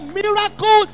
miracle